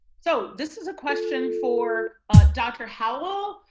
so this is a question for dr. howell,